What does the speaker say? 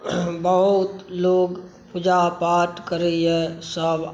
बहुत लोक पूजा पाठ करैया सभ